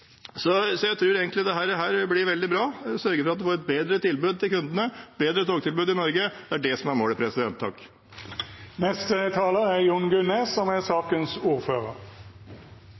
Jeg tror egentlig dette blir veldig bra. Man sørger for et bedre tilbud til kundene, et bedre togtilbud i Norge, og det er det som er målet.